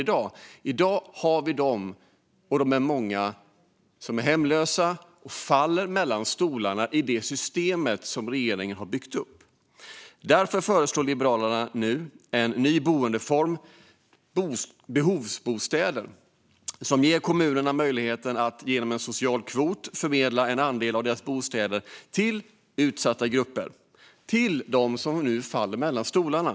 I dag har vi dem - och de är många - som är hemlösa och faller mellan stolarna i det system som regeringen har byggt upp. Därför föreslår Liberalerna nu en ny boendeform, behovsbostäder, som ger kommunerna möjlighet att genom en social kvot förmedla en andel av sina bostäder till utsatta grupper - till dem som nu faller mellan stolarna.